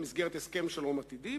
במסגרת הסכם שלום עתידי,